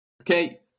Okay